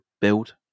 build